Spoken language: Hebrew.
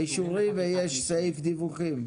האישורים ויש סעיף דיווחים.